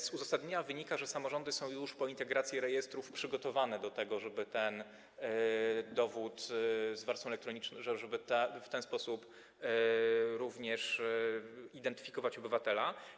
Z uzasadnienia wynika, że samorządy są już po integracji rejestrów przygotowane do tego, żeby ten dowód z warstwą elektroniczną... żeby również w ten sposób identyfikować obywatela.